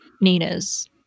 nina's